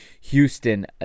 Houston